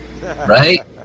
right